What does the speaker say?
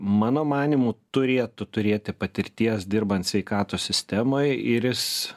mano manymu turėtų turėti patirties dirbant sveikatos sistemoj ir jis